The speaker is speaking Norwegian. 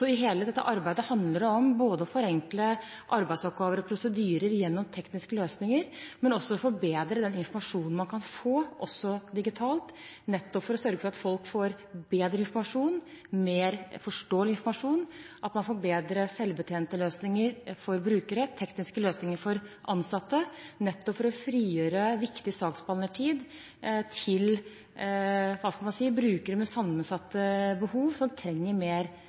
i hele dette arbeidet handler det om å forenkle arbeidsoppgaver og prosedyrer gjennom tekniske løsninger, men også å forbedre den informasjonen man kan få, også digitalt, nettopp for å sørge for at folk får bedre informasjon, mer forståelig informasjon, at man får bedre selvbetjente løsninger for brukere og tekniske løsninger for ansatte – nettopp for å frigjøre viktig saksbehandlertid til brukere med sammensatte behov som trenger mer